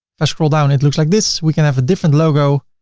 if i scroll down it looks like this. we can have a different logo,